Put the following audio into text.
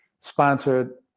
sponsored